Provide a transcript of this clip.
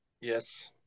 yes